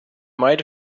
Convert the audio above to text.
might